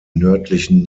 nördlichen